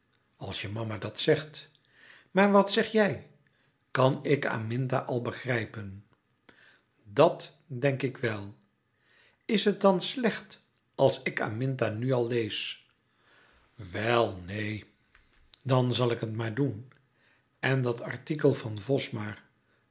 als je mama dat zegt maar wat zeg jij kan ik aminta al begrijpen dat denk ik wel is het dan slecht als ik aminta nu al lees wel neen dan zal ik het maar doen en dat artikel van vosmaer